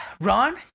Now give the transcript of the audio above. Ron